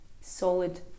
solid